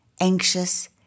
anxious